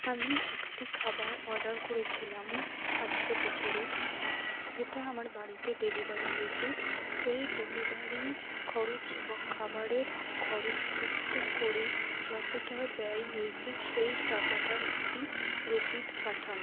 আমি একটি খাবার অর্ডার করেছিলাম আজকে দুপুরে সেটা আমার বাড়িতে ডেলিভারি হয়েছে সেই ডেলিভারি খরচ এবং খাবারের খরচ যুক্ত করে যতটা ব্যয় হয়েছে সেই টাকাটার একটি রসিদ পাঠান